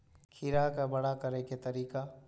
खीरा के बड़ा करे के तरीका?